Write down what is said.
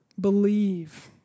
Believe